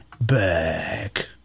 back